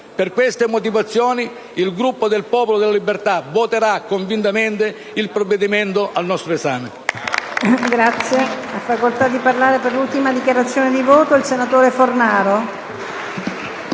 Per questi motivi, il Gruppo del Popolo della Libertà voterà convintamente il provvedimento al nostro esame.